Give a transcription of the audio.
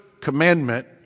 commandment